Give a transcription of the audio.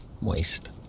Moist